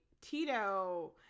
Tito